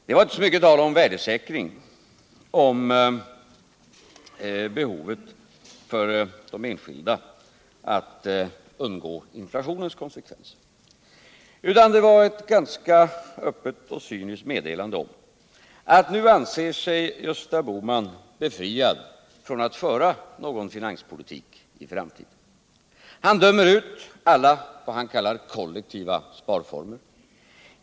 Det var inte så mycket tal om värdesäkring, om behovet för de enskilda att undgå inflationens konsekvenser, utan det var ett ganska öppet och cyniskt meddelande om att nu anser sig Gösta Bohman befriad från att föra någon finanspolitik i framtiden. Han dömer ut alla vad han kallar kollektiva sparformer.